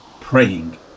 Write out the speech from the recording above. praying